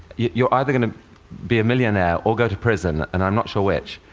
you're either going to be a millionaire or go to prison, and i'm not sure which.